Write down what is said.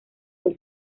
del